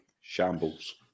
shambles